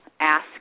ask